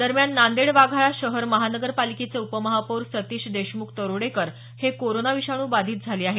दरम्यान नांदेड वाघाळा शहर महानगर पालिकेचे उपमहापौर सतीश देशमुख तरोडेकर हे कोरोनाविषाणू बाधित झाले आहेत